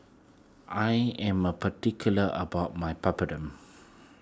I am a particular about my Papadum